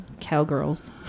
cowgirls